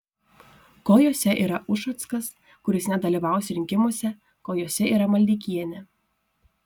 kol jose yra ušackas kuris nedalyvaus rinkimuose kol juose yra maldeikienė